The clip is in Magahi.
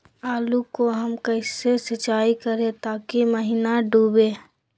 आलू को हम कैसे सिंचाई करे ताकी महिना डूबे?